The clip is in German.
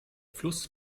fluss